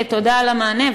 תודה על המענה,